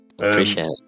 Appreciate